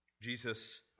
Jesus